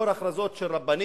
לאור הכרזות של רבנים,